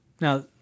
Now